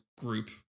group